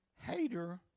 hater